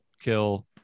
kill